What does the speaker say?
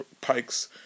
Pike's